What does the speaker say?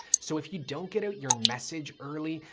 so if you don't get out your message early,